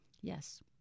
Yes